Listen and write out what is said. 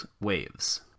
waves